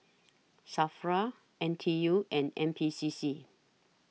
SAFRA N T U and N P C C